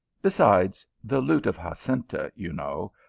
besides, the lute of jacinta, you know,